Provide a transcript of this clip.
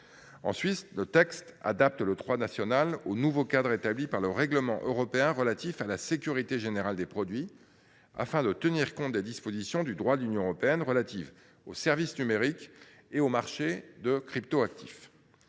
nationales. Le texte adapte ensuite le droit national au nouveau cadre établi par le règlement relatif à la sécurité générale des produits, afin de tenir compte des dispositions du droit de l’Union européenne relatives aux services numériques et aux marchés de cryptoactifs.